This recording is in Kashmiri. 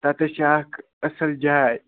تَتَس چھِ اَکھ اَصٕل جاے